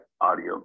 audio